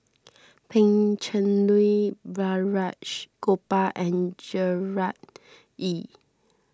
Pan Cheng Lui Balraj Gopal and Gerard Ee